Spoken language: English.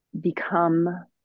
become